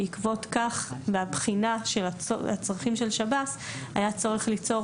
בעקבות כך מהבחינה של הצרכים של שב"ס היה צורך ליצור